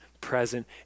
present